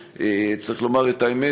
צריך לומר את האמת,